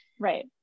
Right